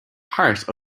part